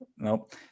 Nope